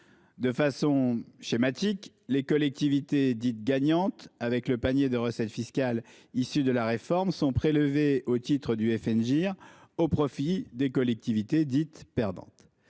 De façon schématique, les collectivités dites « gagnantes », au regard du panier de recettes fiscales issues de la réforme, sont prélevées au titre du FNGIR au profit des collectivités dites « perdantes